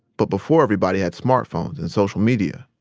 but before everybody had smartphones and social media.